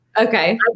Okay